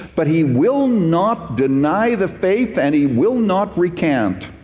but he will not deny the faith and he will not recant.